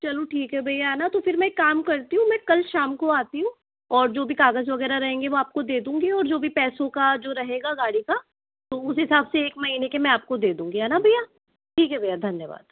चलो ठीक है भैया है ना तो फिर मैं एक काम करती हूँ मैं कल शाम को आती हूँ और जो भी कागज वगैरह रहेंगे वो आपको दे दूँगी और जो भी पैसो का जो रहेगा गाड़ी का तो उस हिसाब से एक महीने के मैं आपको दे दूँगी है ना भैया ठीक है भैया धन्यवाद